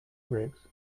grapes